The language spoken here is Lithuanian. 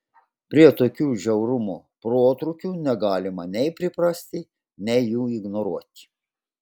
prie tokių žiaurumo protrūkių negalima nei priprasti nei jų ignoruoti